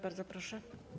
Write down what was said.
Bardzo proszę.